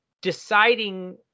deciding